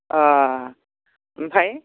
अ ओमफाय